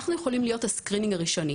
אנחנו יכולים להיות ה- Screening הראשוני,